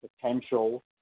potential